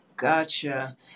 Gotcha